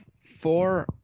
four